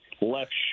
left